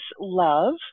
love